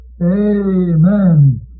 Amen